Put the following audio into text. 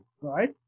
right